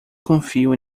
confio